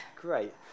Great